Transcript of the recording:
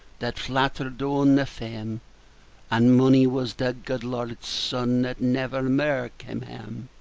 that flattered on the faem and mony was the gude lord's son, that never mair cam hame.